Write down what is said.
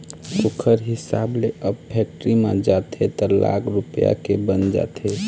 ओखर हिसाब ले अब फेक्टरी म जाथे त लाख रूपया के बन जाथे